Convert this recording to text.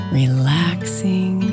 relaxing